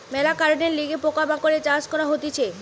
মেলা কারণের লিগে পোকা মাকড়ের চাষ করা হতিছে